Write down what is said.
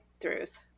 throughs